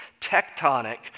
tectonic